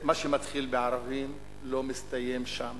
שמה שמתחיל בערבים לא מסתיים שם.